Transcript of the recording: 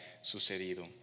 sucedido